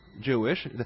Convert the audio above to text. Jewish